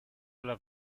della